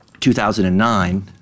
2009